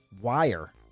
Wire